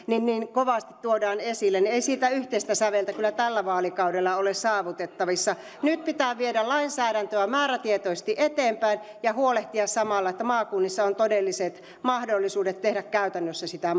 kovasti tuodaan esille niin ei siitä yhteistä säveltä kyllä tällä vaalikaudella ole saavutettavissa nyt pitää viedä lainsäädäntöä määrätietoisesti eteenpäin ja huolehtia samalla että maakunnissa on todelliset mahdollisuudet tehdä käytännössä sitä